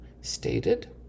stated